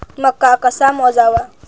मका कसा मोजावा?